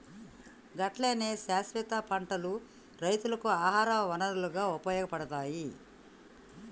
గట్లనే శాస్వత పంటలు రైతుకు ఆహార వనరుగా ఉపయోగపడతాయి